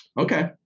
Okay